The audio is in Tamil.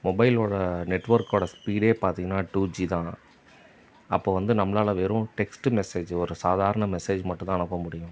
மொபைல் ஓட நெட்ஒர்க்கோடய ஸ்பீடே பார்த்தீங்கன்னா டூ ஜி தான் அப்போது வந்து நம்மளால் வெறும் டெக்ஸ்ட்டு மெசேஜ் ஒரு சாதாரண மெசேஜ் மட்டும் தான் அனுப்ப முடியும்